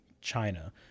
China